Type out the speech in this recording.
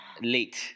late